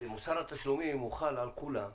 מוסר התשלומים הוא חל על כולם,